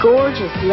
Gorgeous